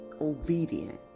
obedient